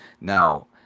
Now